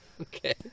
okay